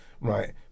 right